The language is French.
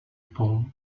pont